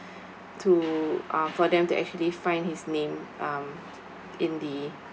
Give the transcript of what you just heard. to uh for them to actually find his name um in the